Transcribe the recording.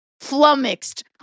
flummoxed